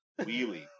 Wheelie